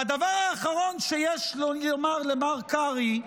--- והדבר האחרון שיש לי לומר למר קרעי,